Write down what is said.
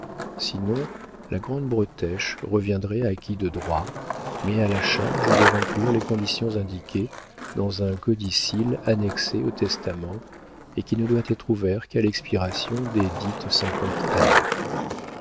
sinon la grande bretèche reviendrait à qui de droit mais à la charge de remplir les conditions indiquées dans un codicille annexé au testament et qui ne doit être ouvert qu'à l'expiration desdites cinquante années